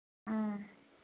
ꯎꯝ